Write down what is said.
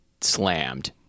slammed